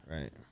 Right